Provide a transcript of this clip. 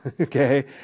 okay